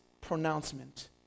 pronouncement